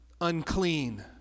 unclean